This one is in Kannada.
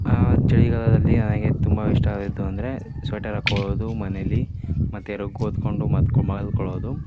ಚಳಿಗಾಲದಲ್ಲಿ ನನಗೆ ತುಂಬ ಇಷ್ಟವಾಗಿದ್ದು ಅಂದರೆ ಸ್ವೆಟರ್ ಹಾಕ್ಕೊಳ್ಳೋದು ಮನೆಯಲ್ಲಿ ಮತ್ತು ರಗ್ ಹೊದ್ಕೊಂಡು ಮತ್ ಮಲಗಿಕೊಳ್ಳೋದು